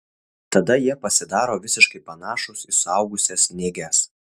tada jie pasidaro visiškai panašūs į suaugusias nėges